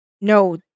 No